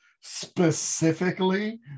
specifically